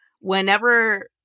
whenever